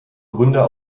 gründer